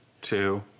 two